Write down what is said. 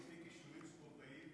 ראיתי כישורים ספורטאיים